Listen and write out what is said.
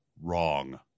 wrong